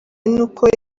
n’uko